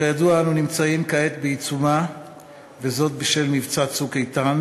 וכידוע אנו נמצאים כעת בעיצומה בשל מבצע "צוק איתן"